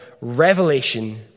revelation